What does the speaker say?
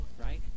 right